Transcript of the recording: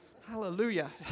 Hallelujah